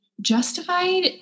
justified